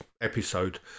episode